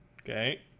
Okay